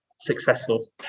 successful